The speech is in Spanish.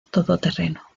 todoterreno